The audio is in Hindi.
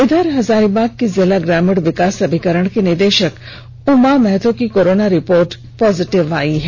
इधर हजारीबाग की जिला ग्रामीण विकास अभिकरण की निदेशक उमा महतो की कोरोना रिपोर्ट पॉजिटिव आई है